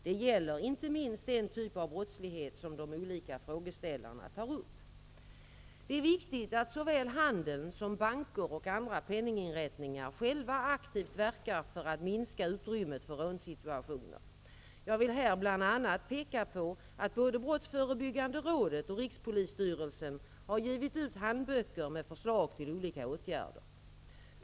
Det gäller inte minst den typ av brottslighet som de olika frågeställarna tar upp. Det är viktigt att såväl handeln som banker och andra penninginrättningar själva aktivt verkar för att minska utrymmet för rånsituationer. Jag vill här bl.a. peka på att både brottsförebyggande rådet och rikspolisstyrelsen har givit ut handböcker med förslag till olika åtgärder.